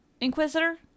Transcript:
inquisitor